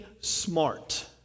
smart